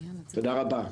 תודה רבה.